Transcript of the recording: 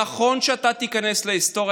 נכון שאתה תיכנס להיסטוריה,